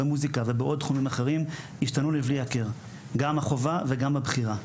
ובעוד תחומים אחרים השתנו לבלי היכר; גם החובה וגם הבחירה.